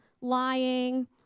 lying